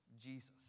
Jesus